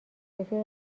رفیق